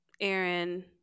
Aaron